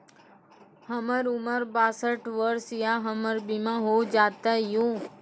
हमर उम्र बासठ वर्ष या हमर बीमा हो जाता यो?